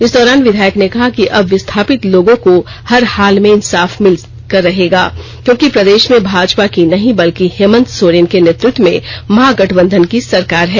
इस दौरान विधायक ने कहा कि अब विस्थापित लोगों को हर हाल में इंसाफ मिल कर रहेगा क्योंकि प्रदेश में भाजपा की नहीं बल्कि हेमंत सोरेन के नेतृत्व में महागठबंधन की सरकार है